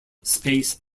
space